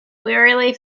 wearily